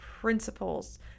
principles